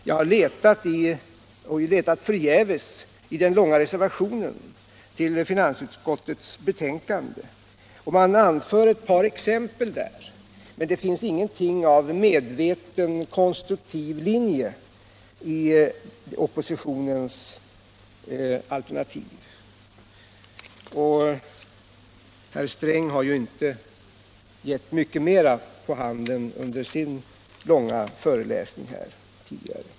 Jag har letat och letat förgäves i den långa reservationen till finansutskottets betänkande. Man anför ett par exempel där, men det finns ingenting av medveten konstruktiv linje i oppositionens alternativ. Och herr Sträng har inte givit mycket mera på handen under sin långa föreläsning här.